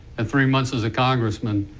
and three months as a congressman,